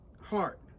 heart